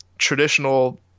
traditional